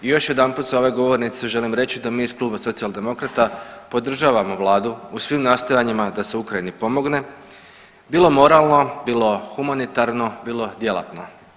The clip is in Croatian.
I još jedanput sa ove govornice želim reći da mi iz kluba Socijaldemokrata podržavamo Vladu u svim nastojanjima da se Ukrajini pomogne bilo moralno, bilo humanitarno, bilo djelatno.